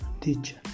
teacher